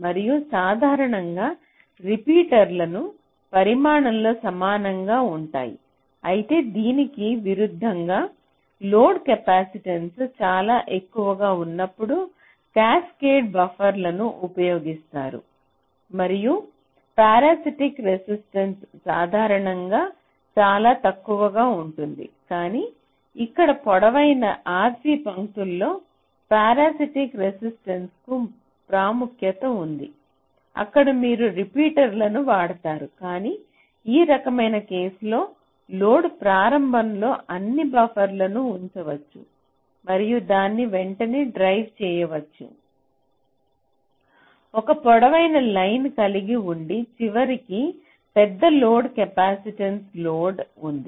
మరియు సాధారణంగా రిపీటర్లు పరిమాణంలో సమానంగా ఉంటాయి అయితే దీనికి విరుద్ధంగా లోడ్ కెపాసిటెన్స్ చాలా ఎక్కువగా ఉన్నప్పుడు క్యాస్కేడ్ బఫర్లను ఉపయోగిస్తారు మరియు ఫారాసైటిక్ రెసిస్టెన్స్ సాధారణంగా చాలా తక్కువగా ఉంటుంది కానీ ఇక్కడ పొడవైన RC పంక్తుల లో ఫారాసైటిక్ రెసిస్టెన్స్ కు ప్రాముఖ్యత ఉంది అక్కడ మీరు రిపీటర్లను వాడతారు కానీ ఈ రకమైన కేసులో లోడ్ ప్రారంభంలో అన్ని బఫర్లను ఉంచవచ్చు మరియు దాన్ని వెంటనే డ్రైవ్ చేయవచ్చు ఒక పొడవైన లైన్ను కలిగి ఉండి చివరికి పెద్ద లోడ్ కెపాసిటివ్ లోడ్ ఉంది